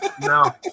No